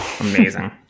amazing